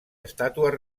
estàtues